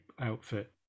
outfit